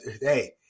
Hey